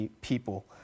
people